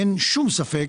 אין שום ספק,